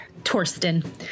Torsten